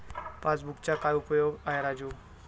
पासबुकचा काय उपयोग आहे राजू?